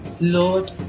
Lord